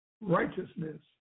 righteousness